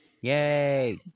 Yay